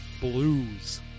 Blues